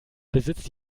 besitzt